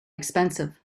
expensive